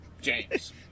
James